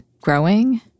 growing